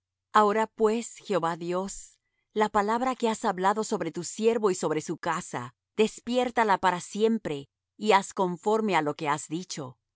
ahora pues jehová dios la palabra que has hablado sobre tu siervo y sobre su casa despiértala para siempre y haz conforme á lo que has dicho